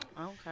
Okay